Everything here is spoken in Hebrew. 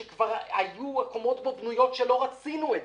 שהקומות בו כבר היו בנויות, שלא רצינו בזה,